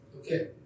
Okay